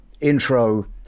intro